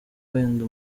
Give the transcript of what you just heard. wenda